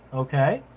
okay.